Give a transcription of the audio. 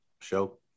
show